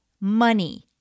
money